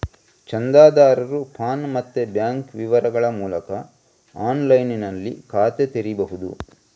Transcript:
ಚಂದಾದಾರರು ಪಾನ್ ಮತ್ತೆ ಬ್ಯಾಂಕ್ ವಿವರಗಳ ಮೂಲಕ ಆನ್ಲೈನಿನಲ್ಲಿ ಖಾತೆ ತೆರೀಬಹುದು